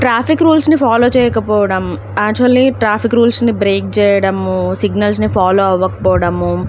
traffic రూల్స్ని follow చేయకపోవడం actually traffic రూల్స్ని బ్రేక్ చేయడము సిగ్నల్స్ని ఫాలో అవకపోవడము